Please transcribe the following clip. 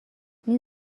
این